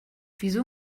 wieso